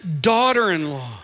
daughter-in-law